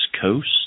Coast